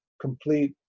complete